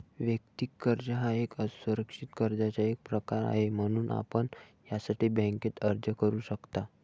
वैयक्तिक कर्ज हा एक असुरक्षित कर्जाचा एक प्रकार आहे, म्हणून आपण यासाठी बँकेत अर्ज करू शकता